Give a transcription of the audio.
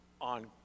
on